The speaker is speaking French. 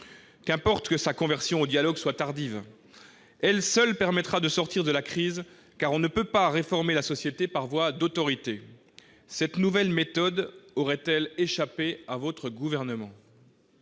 Qu'importe que sa conversion au dialogue soit tardive. Elle seule permettra de sortir de la crise, car on ne peut pas réformer la société par voie d'autorité. Cette nouvelle méthode aurait-elle échappé à votre gouvernement,